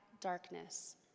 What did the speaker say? darkness